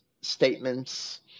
statements